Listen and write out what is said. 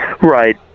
Right